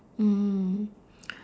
mm